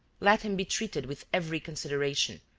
let him be treated with every consideration.